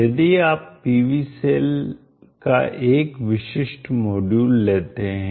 यदि आप PV cell का एक विशिष्ट मॉड्यूल लेते हैं